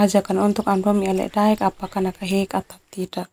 ajak ami dua mia ledodaek apakah nakahek atau tidak.